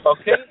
okay